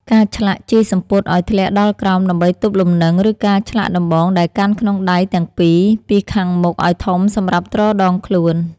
ការឆ្លាក់ជាយសំពត់ឱ្យធ្លាក់ដល់ក្រោមដើម្បីទប់លំនឹង ឬការឆ្លាក់ដំបងដែលកាន់ក្នុងដៃទាំងពីរពីខាងមុខឱ្យធំសម្រាប់ទ្រដងខ្លួន។